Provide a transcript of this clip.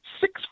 six